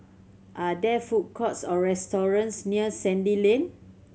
are there food courts or restaurants near Sandy Lane